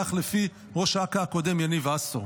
כך לפי ראש אכ"א הקודם יניב עשור.